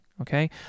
okay